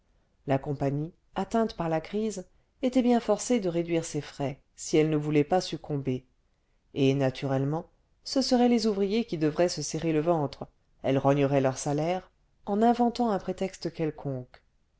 la compagnie atteinte par la crise était bien forcée de réduire ses frais si elle ne voulait pas succomber et naturellement ce seraient les ouvriers qui devraient se serrer le ventre elle rognerait leurs salaires en inventant un prétexte quelconque